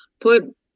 put